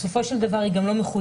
בסופו של דבר היא גם לא מחויבת.